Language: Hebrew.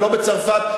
ולא בצרפת,